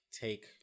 take